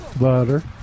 butter